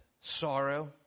sorrow